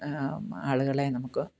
ആളുകളെ നമുക്ക്